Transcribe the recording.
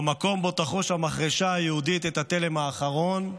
"במקום בו תחרוש המחרשה היהודית את התלם האחרון,